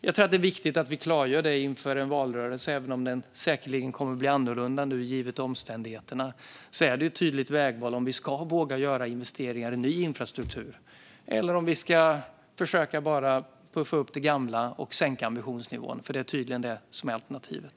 Jag tror att det är viktigt att vi klargör det inför en valrörelse, även om den givet omständigheterna säkerligen kommer att bli annorlunda. Det är ett tydligt vägval; ska vi våga göra investeringar i ny infrastruktur, eller ska vi bara försöka puffa upp det gamla och sänka ambitionsnivån. Det är tydligen det som är alternativet.